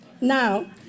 now